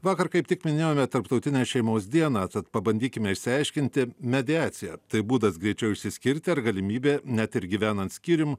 vakar kaip tik minėjome tarptautinę šeimos dieną tad pabandykime išsiaiškinti mediacija tai būdas greičiau išsiskirti ar galimybė net ir gyvenant skyrium